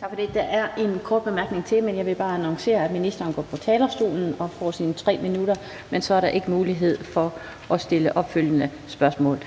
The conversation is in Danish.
Tak for det. Der er en kort bemærkning til, men jeg vil bare annoncere, at ministeren går på talerstolen og får sine 3 minutter, men der er ikke mulighed for at stille opfølgende spørgsmål.